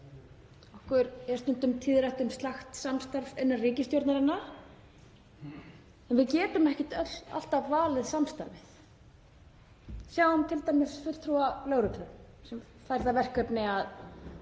Okkur verður stundum tíðrætt um slakt samstarf innan ríkisstjórnarinnar en við getum ekki öll alltaf valið samstarfið. Sjáum t.d. fulltrúa lögreglu sem fær það verkefni að